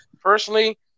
Personally